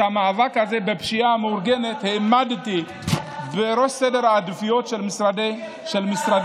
את המאבק הזה בפשיעה המאורגנת העמדתי בראש סדר העדיפויות של משרדנו.